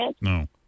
No